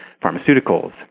pharmaceuticals